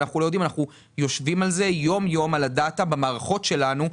אנחנו יושבים יום יום על ה-DATA במערכות שלנו,